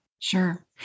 Sure